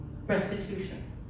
restitution